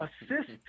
assist